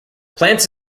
plants